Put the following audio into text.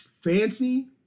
Fancy